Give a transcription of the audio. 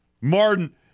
Martin